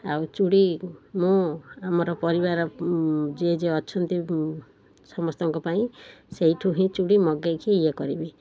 ଆଉ ଚୁଡ଼ି ମୁଁ ଆମର ପରିବାର ଯିଏ ଯି ଅଛନ୍ତି ସମସ୍ତଙ୍କ ପାଇଁ ସେହିଠୁ ହିଁ ଚୁଡ଼ି ମଗାଇକି ଇଏ କରିବି